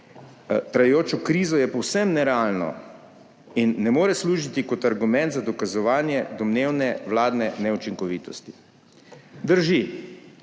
trajajočo krizo je povsem nerealno in ne more služiti kot argument za dokazovanje domnevne vladne neučinkovitosti. Drži,